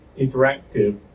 interactive